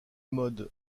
mode